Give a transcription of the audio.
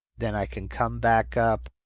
then i can come back up,